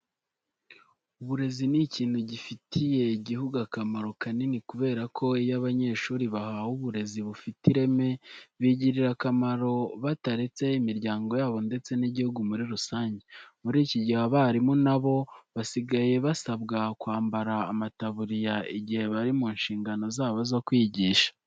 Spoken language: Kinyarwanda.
Uburezi ni ikintu gifitiye igihugu akamaro kanini kubera ko iyo abanyeshuri bahawe uburezi bufite ireme bigirira akamaro bataretse imiryango yabo ndetse n'igihugu muri rusange. Muri iki gihe abarimu na bo basigaye basabwa kwambara amataburiya igihe bari mu nshingano zabo zo kwigisha.